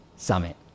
summit